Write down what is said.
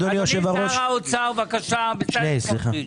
אדוני שר האוצר, בבקשה, בצלאל סמוטריץ'.